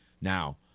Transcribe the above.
Now